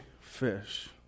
fish